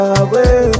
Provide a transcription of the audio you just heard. away